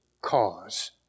cause